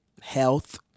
health